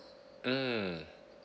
mm